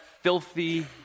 filthy